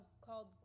called